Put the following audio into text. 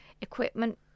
equipment